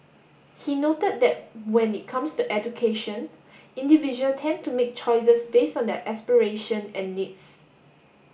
he noted that when it comes to education individual tend to make choices based on their aspirations and needs